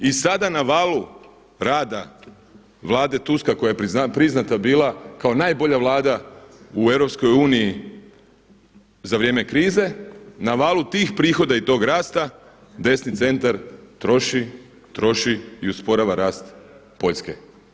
I sada na valu rada vlade Tuska koja je priznata bila kao najbolja vlada u EU za vrijeme krize, na valu tih prihoda i tog rasta, desni centar troši i usporava rast Poljske.